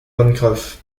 pencroff